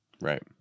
right